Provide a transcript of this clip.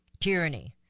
Tyranny